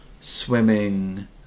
swimming